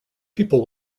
people